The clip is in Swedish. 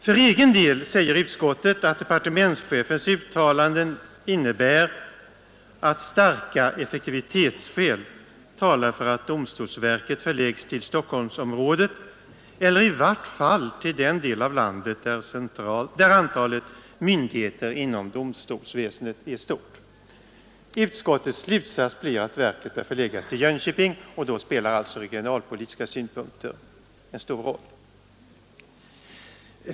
För egen del säger utskottet att departementschefens uttalanden innebär att starka effektivitetsskäl talar för att domstolsverket förläggs till Stockholmsområdet eller i vart fall till den del av landet där antalet myndigheter inom domstolsväsendet är stort. Utskottets slutsats blir att verket skall förläggas till Jönköping, och då spelar regionalpolitiska synpunkter en stor roll.